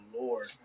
Lord